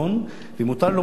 ואם מותר לי לומר דבר אחרון,